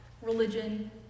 religion